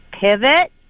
pivot